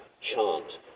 chant